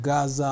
Gaza